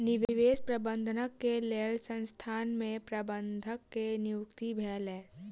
निवेश प्रबंधन के लेल संसथान में प्रबंधक के नियुक्ति भेलै